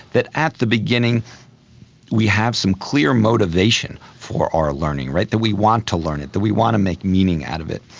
that at the beginning we have some clear motivation for our learning, that we want to learn it, that we want to make meaning out of it.